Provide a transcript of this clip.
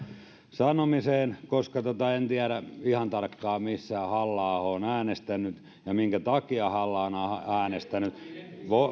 sanomiseen koska en tiedä ihan tarkkaan missä halla aho on äänestänyt ja minkä takia halla aho on äänestänyt